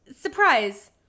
surprise